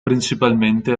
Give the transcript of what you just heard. principalmente